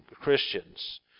Christians